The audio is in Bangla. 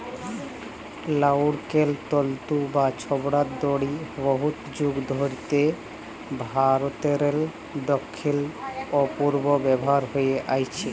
লাইড়কেল তল্তু বা ছবড়ার দড়ি বহুত যুগ ধইরে ভারতেরলে দখ্খিল অ পূবে ব্যাভার হঁয়ে আইসছে